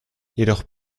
jedoch